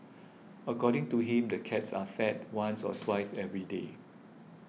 according to him the cats are fed once or twice every day